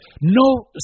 No